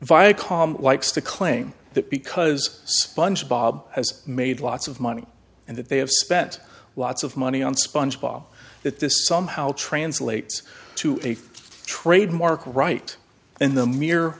viacom likes to claim that because sponge bob has made lots of money and that they have spent lots of money on sponge bob that this somehow translates to a trademark right in the m